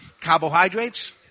Carbohydrates